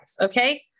Okay